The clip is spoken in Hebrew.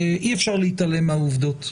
אבל אי אפשר להתעלם מהעובדות.